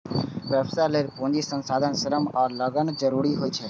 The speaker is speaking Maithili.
व्यवसाय लेल पूंजी, संसाधन, श्रम आ लगन जरूरी होइ छै